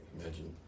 Imagine